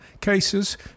cases